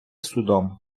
судом